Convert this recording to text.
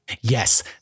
Yes